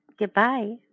Goodbye